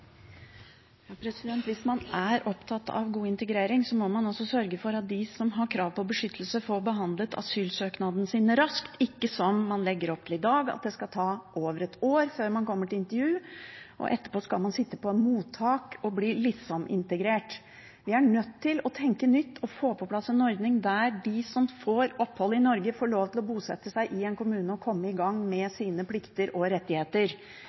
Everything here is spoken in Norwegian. Hvis man er opptatt av god integrering, må man også sørge for at de som har krav på beskyttelse, får behandlet asylsøknaden sin raskt og ikke at det skal ta over et år før man kommer til intervju, som man legger opp til i dag. Etterpå skal man sitte på mottak og bli liksom-integrert. Vi er nødt til å tenke nytt og få på plass en ordning der de som får opphold i Norge, får lov til å bosette seg i en kommune og komme i gang med sine plikter og rettigheter.